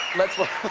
let's wa